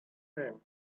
band